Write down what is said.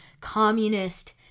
communist